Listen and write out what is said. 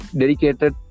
dedicated